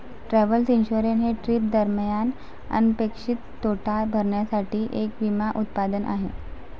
travel insurance हे trip दरम्यान अनपेक्षित तोटा भरण्यासाठी एक विमा उत्पादन आहे